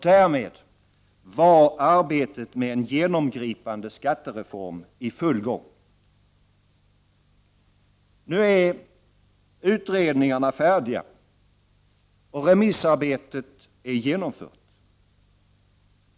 Därmed var arbetet med en genomgripande skattereform i full gång. Nu är utredningarna färdiga och remissarbetet är genomfört.